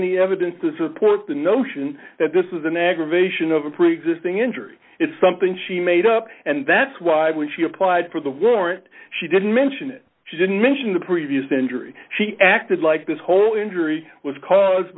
any evidence to support the notion that this is an aggravation of a preexisting injury it's something she made up and that's why when she applied for the warrant she didn't mention it she didn't mention the previous injury she acted like this whole injury was caused